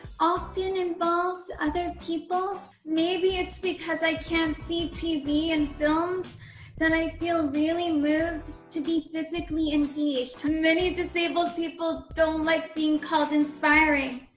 often involves other people. maybe it's because i can't see tv and films that i feel really moved to be physically engaged. many disabled people don't like being called inspiring.